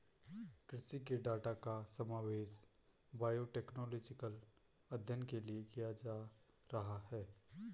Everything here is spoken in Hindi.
कृषि के डाटा का समावेश बायोटेक्नोलॉजिकल अध्ययन के लिए किया जा रहा है